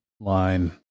line